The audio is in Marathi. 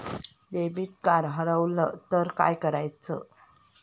डेबिट कार्ड हरवल तर काय करायच?